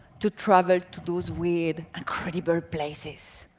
to travel to those weird, incredible places.